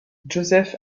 joseph